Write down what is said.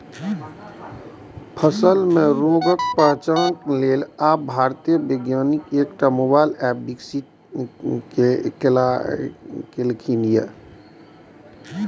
फसल मे रोगक पहिचान लेल आब भारतीय वैज्ञानिक एकटा मोबाइल एप विकसित केलकैए